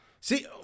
See